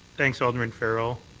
thanks, alderman farrell.